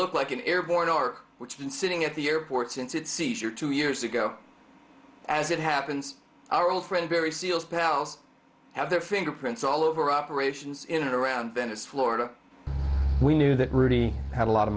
look like an airborne ark which been sitting at the airport since its seizure two years ago as it happens our old friend barry seal's pals have their fingerprints all over operations in and around venice florida we knew that rudy had a lot of